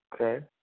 Okay